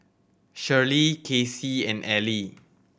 Shirlie Kacie and Ellie